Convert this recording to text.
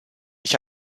ich